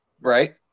Right